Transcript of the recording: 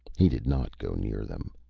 he did not go near them.